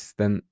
den